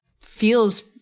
feels